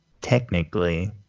Technically